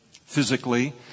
physically